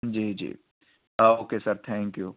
جی جی okay sir thank you